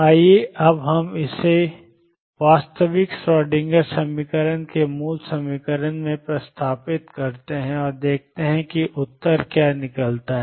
आइए अब हम इसे वास्तविक श्रोडिंगर समीकरण के मूल समीकरण में प्रतिस्थापित करते हैं और देखते हैं कि उत्तर क्या निकलता है